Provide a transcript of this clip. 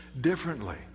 differently